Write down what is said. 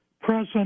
present